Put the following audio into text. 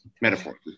metaphor